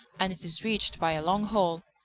and it is reached by a long hall.